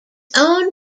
own